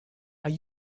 are